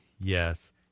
Yes